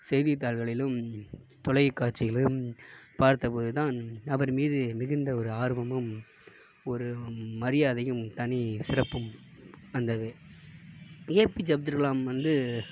செய்தி தாள்களிலும் தொலைக்காட்சிகளிலும் பார்த்த போதுதான் அவர் மீது மிகுந்த ஒரு ஆர்வமும் ஒரு மரியாதையும் தனி சிறப்பும் வந்தது A P J Abdul Kalam வந்து